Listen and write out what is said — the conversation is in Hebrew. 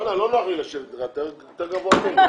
ונתחדשה בשעה 11:57)